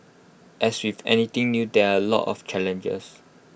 as with anything new there are A lot of challenges